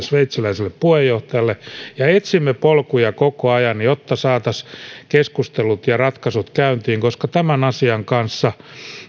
sveitsiläiselle puheenjohtajalle ja etsimme polkuja koko ajan jotta saataisiin keskustelut ja ratkaisut käyntiin koska tämän asian kanssa